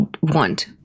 want